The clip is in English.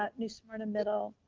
ah new smyrna middle.